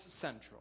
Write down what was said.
central